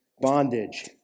bondage